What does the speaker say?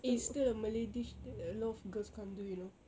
it's still a malay dish that a lot of girls can't do you know